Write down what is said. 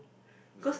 cause